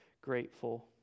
grateful